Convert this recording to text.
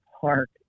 park